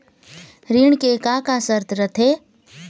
ऋण के का का शर्त रथे?